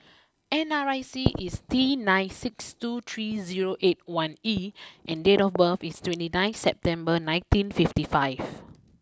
N R I C is T nine six two three zero eight one E and date of birth is twenty September nineteen fifty five